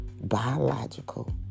biological